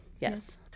Yes